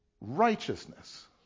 righteousness